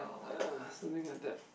uh something like that